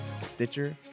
Stitcher